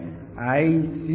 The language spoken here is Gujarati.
તમે આ પગલું કેવી રીતે કરશો